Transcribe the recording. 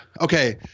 okay